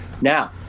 Now